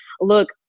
Look